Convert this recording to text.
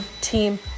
team